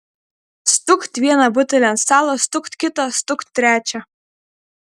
stukt vieną butelį ant stalo stukt kitą stukt trečią